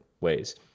ways